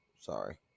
Sorry